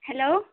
hello